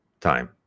time